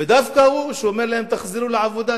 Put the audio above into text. ודווקא הוא זה שאומר להם: תחזרו לעבודה,